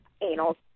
anal